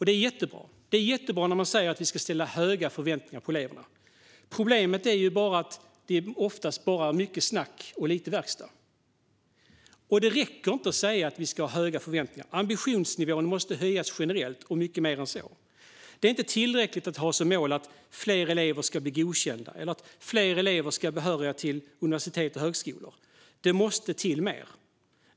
Det är jättebra. Det är bra att det ska finnas höga förväntningar på eleverna. Problemet är att det oftast är mycket snack och lite verkstad. Det räcker inte att säga att det ska finnas höga förväntningar, utan ambitionsnivån måste höjas generellt. Det är inte tillräckligt att ha som mål att fler elever ska bli godkända eller att fler elever ska bli behöriga till universitet och högskolor. Det måste till mer.